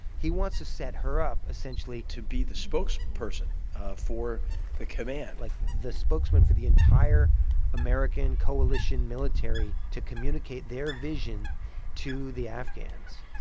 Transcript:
he wants to set her up essentially to be. the spokesperson for the command like, the spokesman for the entire american coalition military to communicate their vision to the afghans.